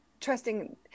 trusting